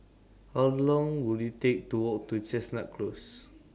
How Long Will IT Take to Walk to Chestnut Close